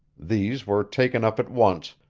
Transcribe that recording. these were taken up at once,